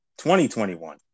2021